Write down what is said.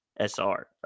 SR